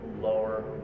lower